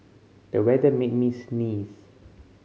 the weather made me sneeze